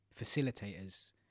facilitators